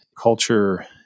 culture